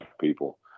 people